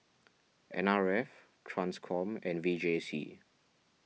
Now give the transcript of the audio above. N R F Transcom and V J C